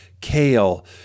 kale